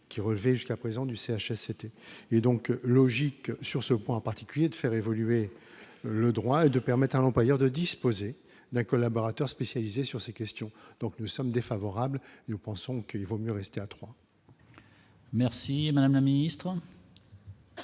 qui relevait jusqu'à présent du CHSCT est donc logique sur ce point en particulier de faire évoluer le droit est de permettre à l'employeur de disposer d'un collaborateur spécialisé sur ces questions, donc nous sommes défavorables, nous pensons qu'il vaut mieux rester à 3. Merci madame la ministre.